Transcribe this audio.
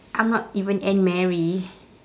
I'm not even anne marie